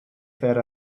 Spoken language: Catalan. fer